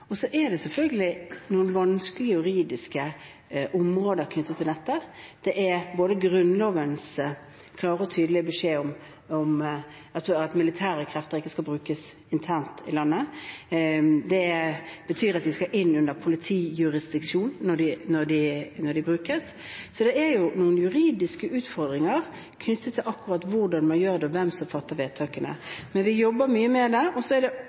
Så er det selvfølgelig noen vanskelige juridiske områder knyttet til dette, bl.a. Grunnlovens klare og tydelige beskjed om at militære krefter ikke skal brukes internt i landet. Det betyr at de skal inn under politijurisdiksjon når de brukes. Det er altså noen juridiske utfordringer knyttet til akkurat hvordan man gjør det, og hvem som fatter vedtakene. Men vi jobber mye med det.